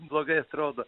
blogai atrodo